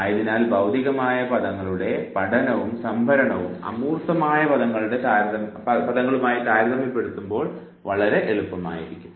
ആയതിനാൽ ഭൌതികമായ പദങ്ങളുടെ പഠനവും സംഭരണവും അമൂർത്തമായ പദങ്ങളുമായി താരതമ്യപ്പെടുത്തുമ്പോൾ അവ വളരെ എളുപ്പമായിരിക്കും